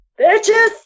bitches